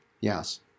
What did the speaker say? Yes